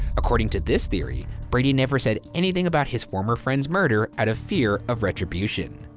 according to this theory, brady never said anything about his former friend's murder out of fear of retribution.